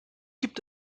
gibt